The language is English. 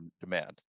demand